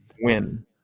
win